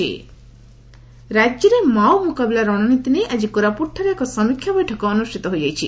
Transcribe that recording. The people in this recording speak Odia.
ବୈଠକ ରାକ୍ୟରେ ମାଓ ମୁକାବିଲା ରଶନୀତି ନେଇ ଆଜି କୋରାପୁଟଠାରେ ଏକ ସମୀକ୍ଷା ବୈଠକ ଅନୁଷିତ ହୋଇଯାଇଛି